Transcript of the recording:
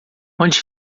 onde